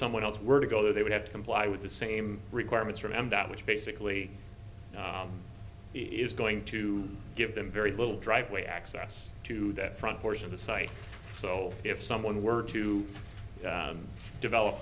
someone else were to go there they would have to comply with the same requirements remember that which basically is going to give them very little driveway access to that front porch of the site so if someone were to develop